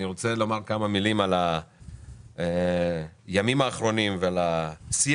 רוצה לומר כמה מילים על הימים האחרונות ועל השיח